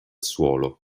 suolo